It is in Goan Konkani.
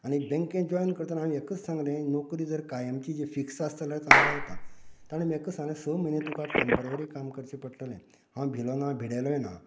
आनी बँके जॉयन करता आसतना एक सांगलें नोकरी जी कायमची जी फिक्स आसा जाल्यार हांव रावतां ताणें एक सांगलें स म्हयने तुका टेंमपवरी काम करचें पडटलें हांव भिलो ना आनी भिडेलोय ना